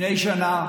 לפני שנה,